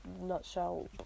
nutshell